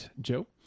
Joe